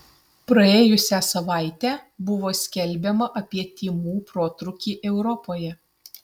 praėjusią savaitę buvo skelbiama apie tymų protrūkį europoje